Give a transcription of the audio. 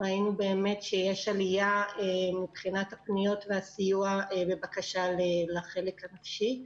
ראינו שיש עלייה מבחינת היקף הפניות בבקשה לסיוע לחלק הנפשי.